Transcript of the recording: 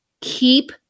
keep